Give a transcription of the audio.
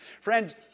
Friends